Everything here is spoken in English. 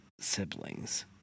siblings